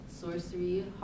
sorcery